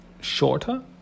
shorter